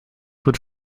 would